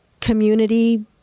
community